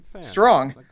Strong